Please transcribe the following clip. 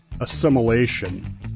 assimilation